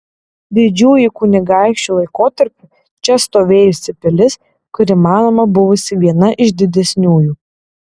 didžiųjų kunigaikščių laikotarpiu čia stovėjusi pilis kuri manoma buvusi viena iš didesniųjų